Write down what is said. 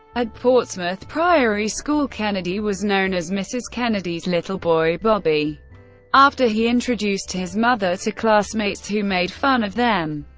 at portsmouth priory school, kennedy was known as mrs. kennedy's little boy bobby after he introduced his mother to classmates, who made fun of them.